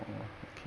orh okay